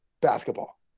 basketball